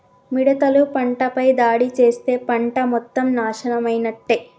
మిడతలు పంటపై దాడి చేస్తే పంట మొత్తం నాశనమైనట్టే